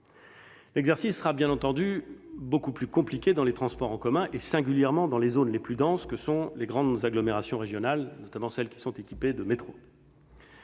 L'exercice sera, bien entendu, beaucoup plus compliqué dans les transports en commun, singulièrement dans les zones les plus denses comme dans les grandes agglomérations régionales. Je pense, notamment, à celles qui sont dotées d'un métro.